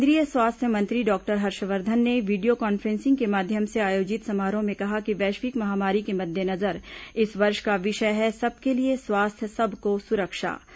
केंद्रीय स्वास्थ्य मंत्री डॉक्टर हर्षवर्धन ने वीडियो कॉन्फ्रेंसिंग के माध्यम से आयोजित समारोह में कहा कि वैश्विक महामारी के मद्देनजर इस वर्ष का विषय है सबके लिए स्वास्थ्य सबको सुरक्षा